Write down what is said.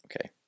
Okay